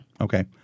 Okay